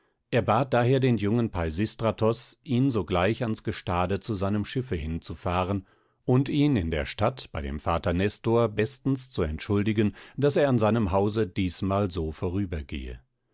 er bat daher den jungen peisistratos ihn sogleich ans gestade zu seinem schiffe hinzufahren und ihn in der stadt bei dem vater nestor bestens zu entschuldigen daß er an seinem hause diesmal so vorübergehe